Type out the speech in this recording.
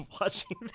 watching